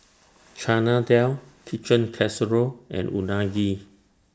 Chana Dal Chicken Casserole and Unagi